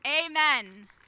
Amen